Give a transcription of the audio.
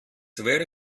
wäre